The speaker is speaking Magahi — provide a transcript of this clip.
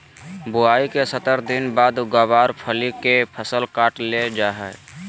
बुआई के सत्तर दिन बाद गँवार फली के फसल काट लेल जा हय